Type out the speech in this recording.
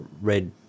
red